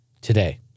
today